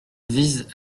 vise